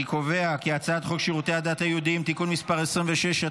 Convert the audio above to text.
אני קובע כי הצעת חוק שירותי הדת היהודיים (תיקון מס' 26),